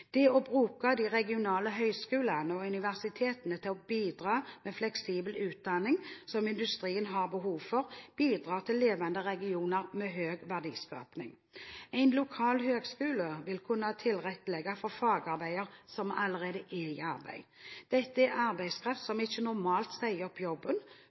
Det å bruke de regionale høyskolene og universitetene til å bidra med fleksibel utdanning som industrien har behov for, bidrar til levende regioner med høy verdiskaping. En lokal høyskole vil kunne tilrettelegge for fagarbeidere som allerede er i arbeid. Dette er arbeidskraft som ikke normalt sier opp jobben